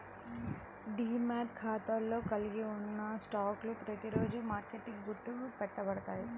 demat ఖాతాలో కలిగి ఉన్న స్టాక్లు ప్రతిరోజూ మార్కెట్కి గుర్తు పెట్టబడతాయి